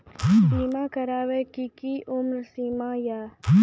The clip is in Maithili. बीमा करबे के कि उम्र सीमा या?